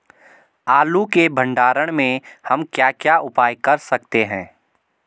आलू के भंडारण में हम क्या क्या उपाय कर सकते हैं?